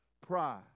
pride